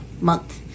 Month